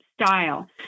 style